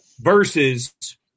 versus